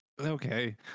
okay